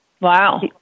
Wow